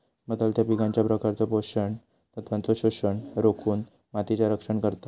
बदलत्या पिकांच्या प्रकारचो पोषण तत्वांचो शोषण रोखुन मातीचा रक्षण करता